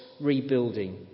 rebuilding